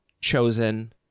chosen